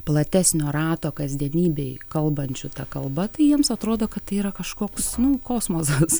platesnio rato kasdienybėj kalbančių ta kalba tai jiems atrodo kad tai yra kažkoks kosmosas